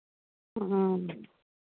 हँ